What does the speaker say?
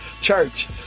church